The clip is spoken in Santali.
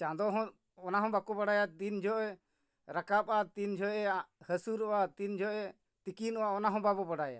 ᱪᱟᱸᱫᱚ ᱦᱚᱸ ᱚᱱᱟ ᱦᱚᱸ ᱵᱟᱠᱚ ᱵᱟᱲᱟᱭᱟ ᱛᱤᱱ ᱡᱚᱦᱚᱜ ᱮ ᱨᱟᱠᱟᱵᱚᱜᱼᱟ ᱛᱤᱱ ᱡᱚᱦᱚᱜ ᱮ ᱦᱟᱹᱥᱩᱨᱚᱜᱼᱟ ᱛᱤᱱ ᱡᱚᱦᱚᱜ ᱮ ᱛᱤᱠᱤᱱᱚᱜᱼᱟ ᱚᱱᱟ ᱦᱚᱸ ᱵᱟᱵᱚ ᱵᱟᱲᱟᱭᱟ